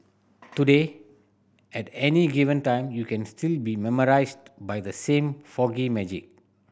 today at any given time you can still be by the same magic